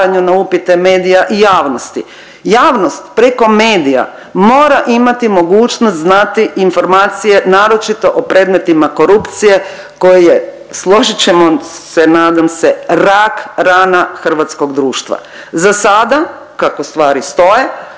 na upite medija i javnosti. Javnost preko medija mora imati mogućnost znati informacije naročito o predmetima korupcije koji je složit ćemo se nadam se rak rana hrvatskog društva. Za sada kako stvari stoje